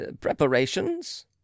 preparations